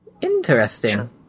Interesting